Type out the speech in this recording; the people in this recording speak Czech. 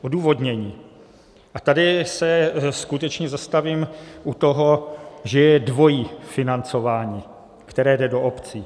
Odůvodnění a tady se skutečně zastavím u toho, že je dvojí financování, které jde do obcí.